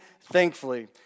thankfully